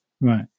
Right